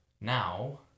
now